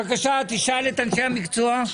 בבקשה, תשאל את אנשי המקצוע.